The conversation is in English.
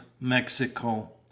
Mexico